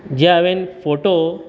जे हांवेन फोटो